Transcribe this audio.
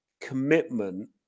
commitment